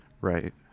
Right